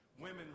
Women